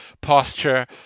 posture